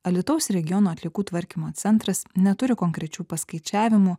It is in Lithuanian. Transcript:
alytaus regiono atliekų tvarkymo centras neturi konkrečių paskaičiavimų